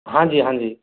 हाँ जी हाँ जी